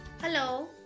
Hello